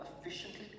efficiently